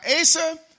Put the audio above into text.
Asa